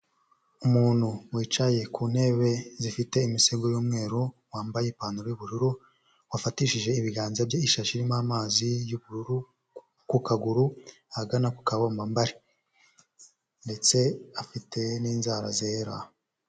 Umuntu wicaye ku ntebe zifite imisego y'umweru, wambaye ipantaro y'ubururu, wafatishije ibiganza bye ishashi irimo amazi y'ubururu, ku kaguru ahagana ku kabombambari, ndetse afite n'inzara zera.